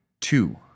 two